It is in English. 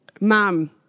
Mom